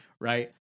Right